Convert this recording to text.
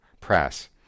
press